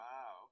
Wow